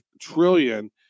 trillion